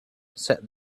said